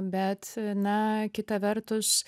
bet na kita vertus